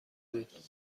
بود